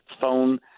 phone